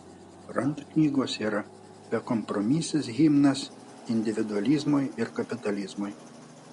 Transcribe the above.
rand knygos yra bekompromisis himnas individualizmui ir kapitalizmui